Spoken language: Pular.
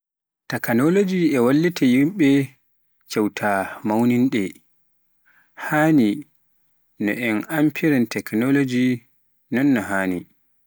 Takanoloji e wallita yimɓe kewta mawnin'de hani no en amperen takanoloji nonno haani.